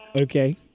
Okay